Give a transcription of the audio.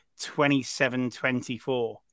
27-24